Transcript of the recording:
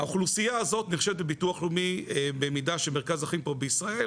האוכלוסייה הזאת נחשבת בביטוח הלאומי במידה שמרכז החיים פה בישראל,